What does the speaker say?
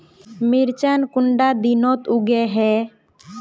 मिर्चान कुंडा दिनोत उगैहे?